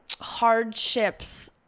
hardships